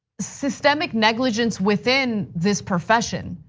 systemic negligence within this profession,